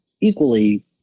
equally